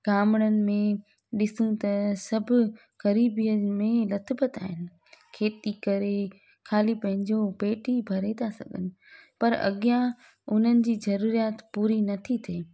गमिड़नि में ॾिसूं त सभु ग़रीबीअ में लथ पथ आहिनि खेती करे खाली पंहिंजो पेट ई भरे था सघनि पर अॻियां उन्हनि जी ज़रूरीयाति पूरी नथी थिए